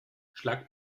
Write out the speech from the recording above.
schlagt